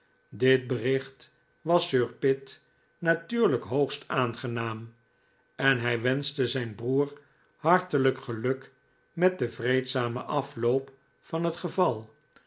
dit bericht was sir pitt natuurlijk hoogst aangenaam en hij wenschte zijn broer hartelijk geluk met den vreedzamen afloop van het geval